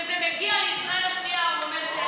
כשזה מגיע לישראל השנייה הוא אומר,